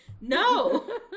No